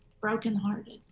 brokenhearted